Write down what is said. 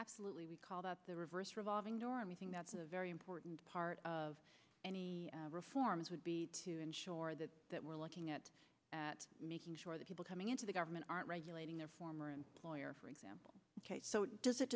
absolutely we call that the reverse revolving door and we think that's a very important part of any reforms would be to ensure that that we're looking at at making sure that people coming into the government aren't regulating their former employer for example ok so does it